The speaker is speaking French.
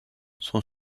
son